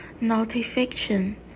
notification